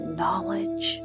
knowledge